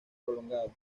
prolongado